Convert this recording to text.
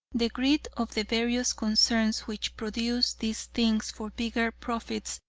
the greed of the various concerns which produce these things for bigger profits,